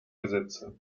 gesetze